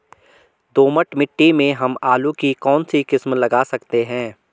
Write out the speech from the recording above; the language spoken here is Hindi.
दोमट मिट्टी में हम आलू की कौन सी किस्म लगा सकते हैं?